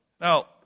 Now